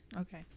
Okay